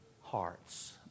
hearts